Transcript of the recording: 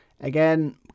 Again